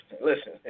Listen